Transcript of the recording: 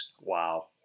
Wow